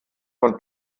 von